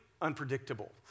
Unpredictable